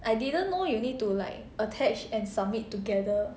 I didn't know you need to like attach and submit together